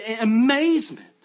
amazement